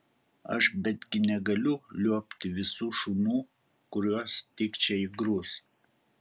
aš betgi negaliu liuobti visų šunų kuriuos tik čia įgrūs